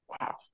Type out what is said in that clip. Wow